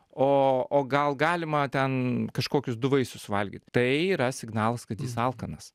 o o gal galima ten kažkokius du vaisius suvalgyt tai yra signalas kad jis alkanas